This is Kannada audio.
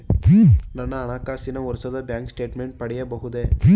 ನನ್ನ ಹಣಕಾಸಿನ ವರ್ಷದ ಬ್ಯಾಂಕ್ ಸ್ಟೇಟ್ಮೆಂಟ್ ಪಡೆಯಬಹುದೇ?